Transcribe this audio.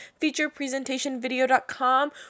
FeaturePresentationVideo.com